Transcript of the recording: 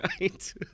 Right